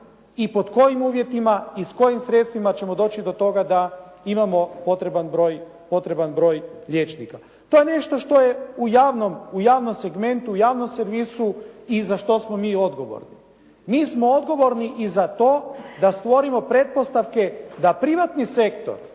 i pod kojim uvjetima i s kojim sredstvima ćemo doći do toga da imamo potreban broj liječnika. To je nešto što je u javnom, u javnom segmentu, u javnom servisu i za što smo mi odgovorni. Mi smo odgovorni i za to da stvorimo pretpostavke da privatni sektor